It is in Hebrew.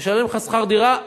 הוא משלם לך שכר דירה?